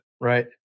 Right